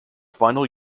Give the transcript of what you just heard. final